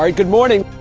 um good morning.